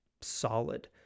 solid